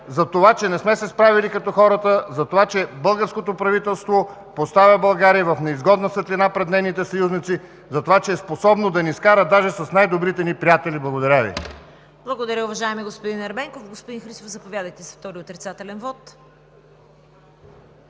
затова че не сме се справили като хората, затова че българското правителство поставя България в неизгодна светлина пред нейните съюзници и затова че е способно да ни скара даже с най-добрите ни приятели. Благодаря Ви. ПРЕДСЕДАТЕЛ ЦВЕТА КАРАЯНЧЕВА: Благодаря, уважаеми господин Ерменков. Господин Христов, заповядайте за втори отрицателен вот.